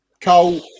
Cole